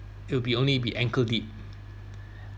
it will be only be ankle deep